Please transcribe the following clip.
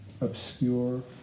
obscure